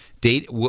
Date